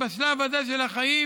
בשלב הזה של החיים